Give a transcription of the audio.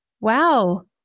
wow